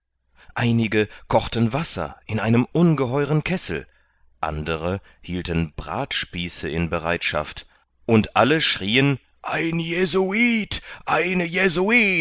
einige kochten wasser in einem ungeheueren kessel andere hielten bratspieße in bereitschaft und alle schrien ein jesuit ein